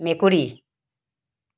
মেকুৰী